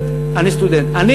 מה זה רווח למניה,